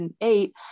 eight